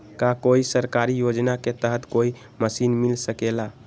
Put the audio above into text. का कोई सरकारी योजना के तहत कोई मशीन मिल सकेला?